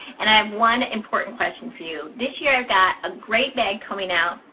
and i have one important question for you, this year i've got a great bag coming out,